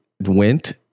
went